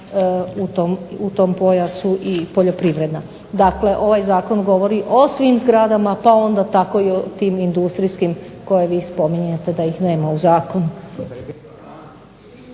u tom pojasu i poljoprivredna. Dakle, ovaj Zakon govori o svim zgradama, pa onda tako i o tim industrijskim koje vi spominjete da ih nema u zakonu.